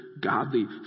godly